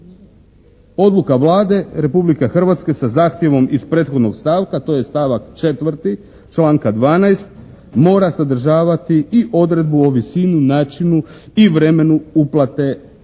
Odluka Vlade Republike Hrvatske sa zahtjevom iz prethodnog članka, to je stavak 4., članka 12. mora sadržavati i odredbu o visini, načinu i vremenu uplate razlike